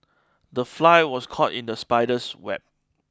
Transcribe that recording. the fly was caught in the spider's web